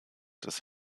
das